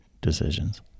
decisions